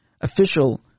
official